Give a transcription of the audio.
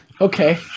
Okay